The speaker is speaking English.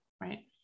right